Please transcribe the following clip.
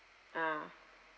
ah